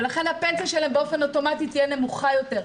ולכן הפנסיה שלהן באופן אוטומטי תהיה נמוכה יותר.